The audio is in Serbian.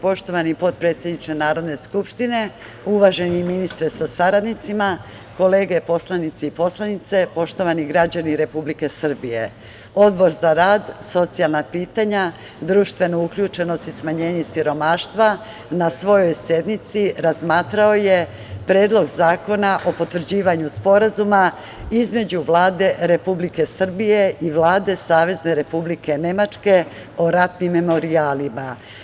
Poštovani potpredsedniče Narodne skupštine, uvaženi ministre sa saradnicima, kolege poslanici i poslanice, poštovani građani Republike Srbije, Odbor za rad, socijalna pitanja, društvenu uključenost i smanjenje siromaštva na svojoj sednici razmatrao je Predlog zakona o potvrđivanju sporazuma između Vlade Republike Srbije i Vlade Savezne Republike Nemačke o ratnim memorijalima.